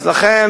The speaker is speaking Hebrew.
אז לכן,